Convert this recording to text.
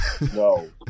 No